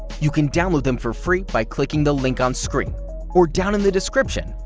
you can download them for free by clicking the link on-screen, or down in the description,